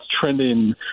trending